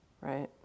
right